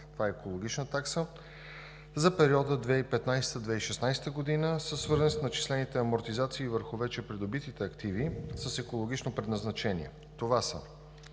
шум – екологична такса, за периода 2015 – 2016 г. са свързани с начислените амортизации върху вече придобитите активи с екологично предназначение. Това са